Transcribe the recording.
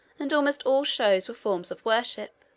and almost all shows were forms of worship.